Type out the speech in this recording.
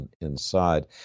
inside